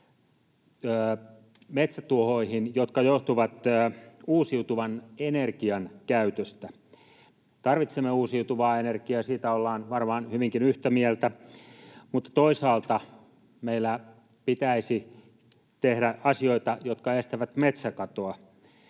metsätuhoihin, jotka johtuvat uusiutuvan energian käytöstä. Tarvitsemme uusiutuvaa energiaa, siitä ollaan varmaan hyvinkin yhtä mieltä, mutta toisaalta meillä pitäisi tehdä asioita, jotka estävät metsäkatoa.